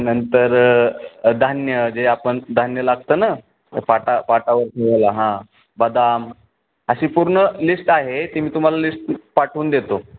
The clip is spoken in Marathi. नंतर धान्य जे आपन धान्य लागतं ना पाटा पाटावर ठेवायला हां बदाम अशी पूर्ण लिस्ट आहे ती मी तुम्हाला लिस्ट पाठवून देतो